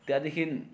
त्यहाँदेखि